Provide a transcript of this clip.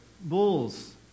bulls